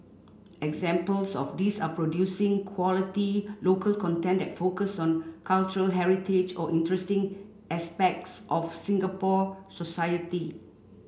examples of these are producing quality local content that focus on cultural heritage or interesting aspects of Singapore society